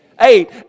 Eight